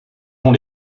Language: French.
ont